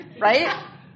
right